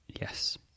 Yes